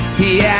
he yeah